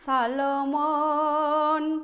Salomon